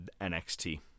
NXT